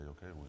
Okay